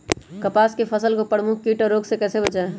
कपास की फसल को प्रमुख कीट और रोग से कैसे बचाएं?